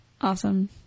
Awesome